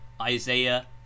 isaiah